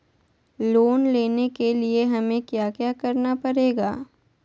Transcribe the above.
Loan लेने के लिए हमें क्या क्या करना पड़ेगा?